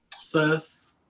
Sus